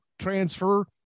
transfer